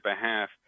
behalf